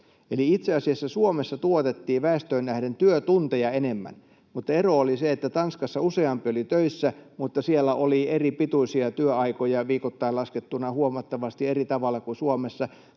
itse asiassa Suomessa tuotettiin väestöön nähden työtunteja enemmän, mutta ero oli se, että Tanskassa useampi oli töissä, siellä oli eripituisia työaikoja viikoittain laskettuna huomattavasti eri tavalla kuin Suomessa.